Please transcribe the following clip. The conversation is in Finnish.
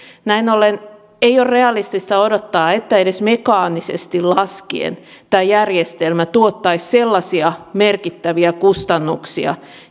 näin ollen ei ole realistista odottaa että edes mekaanisesti laskien tämä järjestelmä tuottaisi sellaisia merkittäviä kustannuksia